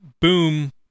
boom